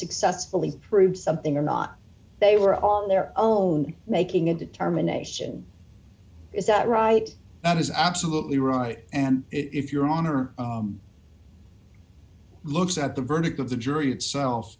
successfully proved something or not they were on their own making a determination is that right that is absolutely right and if your honor looks at the verdict of the jury itself